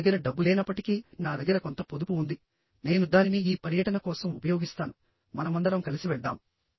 నాన్న దగ్గర డబ్బు లేనప్పటికీ నా దగ్గర కొంత పొదుపు ఉంది నేను దానిని ఈ పర్యటన కోసం ఉపయోగిస్తాను మనమందరం కలిసి వెళ్దాం